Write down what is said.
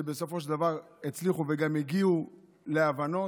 שבסופו של דבר הצליחו וגם הגיעו להבנות.